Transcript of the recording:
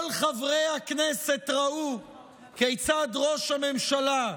כל חברי הכנסת ראו כיצד ראש הממשלה,